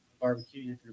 barbecue